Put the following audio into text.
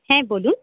হ্যাঁ বলুন